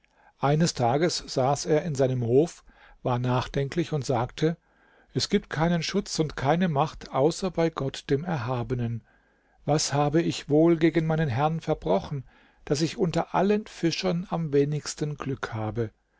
eines tages saß er in seinem hof war nachdenklich und sagte es gibt keinen schutz und keine macht außer bei gott dem erhabenen was habe ich wohl gegen meinen herrn verbrochen daß ich unter allen fischern am wenigsten glück habe